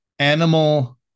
animal